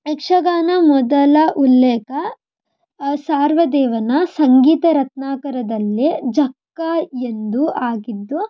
ಯಕ್ಷಗಾನ ಮೊದಲ ಉಲ್ಲೇಖ ಸಾರ್ವದೇವನ ಸಂಗೀತ ರತ್ನಾಕರದಲ್ಲಿ ಝಕ್ಕ ಎಂದು ಆಗಿದ್ದು